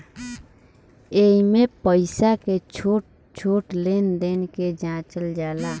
एइमे पईसा के छोट छोट लेन देन के जाचल जाला